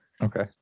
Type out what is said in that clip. Okay